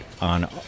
on